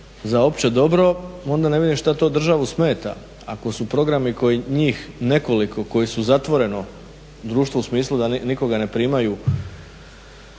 za opće dobro onda ne vidim što to državu smeta. Ako su programi koji njih nekoliko koji su zatvoreno društvo u smislu da nikoga ne primaju